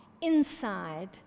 inside